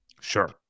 Sure